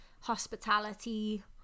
hospitality